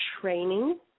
training